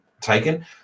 taken